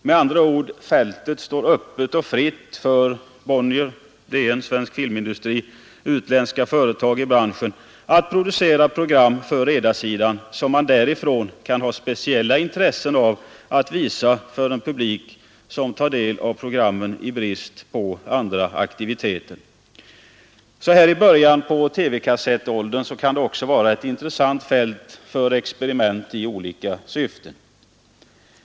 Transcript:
Med andra ord: fältet står öppet och fritt för Bonnier och utländska företag i branschen att producera program för redarsidan, som man därifrån kan ha speciella intressen av att visa för en publik som tar del av programmen i brist på andra aktiviteter. Så här i början på TV-kassettåldern kan det också vara ett intressant fält för experiment för olika syften.